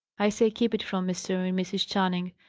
i say keep it from mr. and mrs. channing.